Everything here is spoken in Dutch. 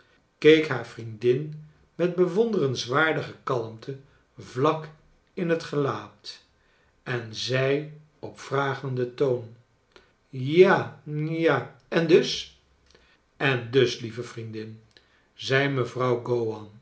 keek haar vriendin met bewonderenswaardige kalmte vlak in het gelaat en zei op vragenden toon ja a en dus en dus lieve vriendin zei mevrouw